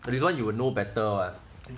but this [one] you will know better [what]